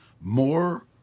more